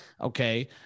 Okay